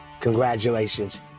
Congratulations